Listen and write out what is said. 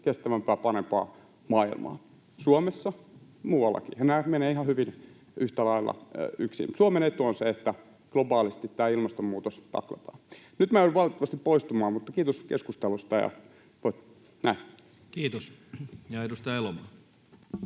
kestävämpää, parempaa maailmaa Suomessa ja muuallakin. Ja nämä menevät ihan hyvin yhtä lailla yksiin. Suomen etu on se, että globaalisti tämä ilmastonmuutos taklataan. — Nyt minä joudun valitettavasti poistumaan, mutta kiitos keskustelusta, ja näin. Kiitos. — Ja edustaja Elomaa.